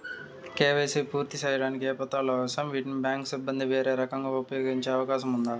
KYC పూర్తి సేయడానికి ఏ పత్రాలు అవసరం, వీటిని బ్యాంకు సిబ్బంది వేరే రకంగా ఉపయోగించే అవకాశం ఉందా?